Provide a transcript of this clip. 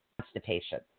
constipation